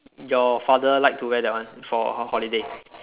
your father like to wear that one for holiday